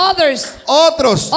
Others